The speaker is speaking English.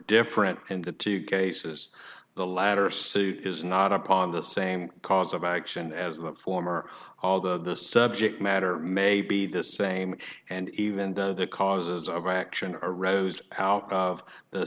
different in the two cases the latter suit is not upon the same cause of action as the former all the subject matter maybe this same and even though the causes of action arose out of the